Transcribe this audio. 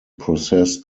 process